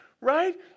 right